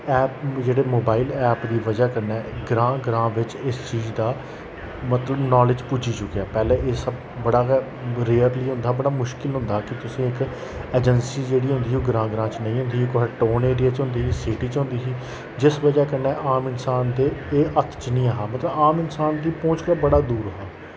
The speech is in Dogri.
ऐप जेह्ड़े मोबाईल ऐप दी वजह् कन्नै ग्रां ग्रां बिच्च इस चीज दा मतलब नालेज पुज्जी चुकेआ पैह्ले एह् सब बड़ा गै रेयरली होंदा हा बड़ा मुश्किल होंदा है कि तुसें इक ऐजंसी जेह्ड़ी होंदी ही ओह् ग्रां ग्रां च नेईं होंदी ही कुसे टोन ऐरिया च होंदी ही सिटी च होंदी ही जिस वजह् कन्नै आम इंसान दे एह् हत्थ च नेईं हा मतलब आम इंसान दी पौंच कोला बड़ा दूर हा